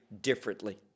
differently